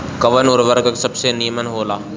कवन उर्वरक सबसे नीमन होला?